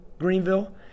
greenville